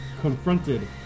confronted